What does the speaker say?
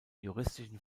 juristischen